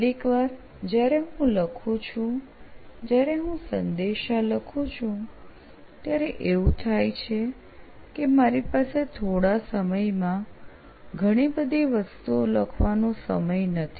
કેટલીક વાર જ્યારે હું લખું છું જ્યારે હું સંદેશા લખું છું ત્યારે એવું થાય છે કે મારી પાસે થોડા સમયમાં બધી વસ્તુઓ લખવાનો સમય નથી